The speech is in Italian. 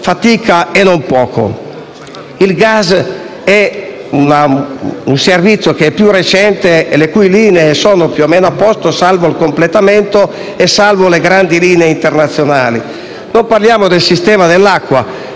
fatica e non poco. Il gas è un servizio più recente, le cui linee sono più o meno a posto, salvo il completamento e salvo le grandi linee internazionali. Non parliamo del sistema dell'acqua,